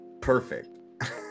perfect